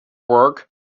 work